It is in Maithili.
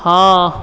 हँ